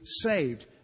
saved